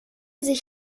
sich